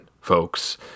folks